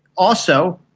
also,